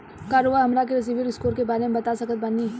का रउआ हमरा के सिबिल स्कोर के बारे में बता सकत बानी?